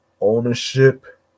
ownership